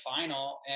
final